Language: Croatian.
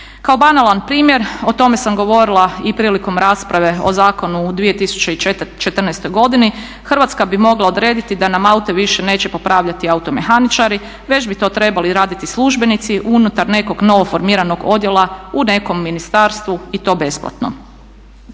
Kao banalan primjer, o tome sam govorila i prilikom rasprave o zakonu u 2014. godini, Hrvatska bi mogla odrediti da nam aute više neće popravljati automehaničari već bi to trebali raditi službenici unutar nekog novo formiranog odjela u nekom ministarstvu i to besplatno.